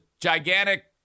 gigantic